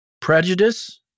prejudice